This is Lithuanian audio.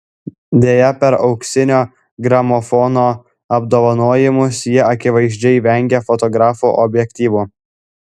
deja per auksinio gramofono apdovanojimus ji akivaizdžiai vengė fotografų objektyvų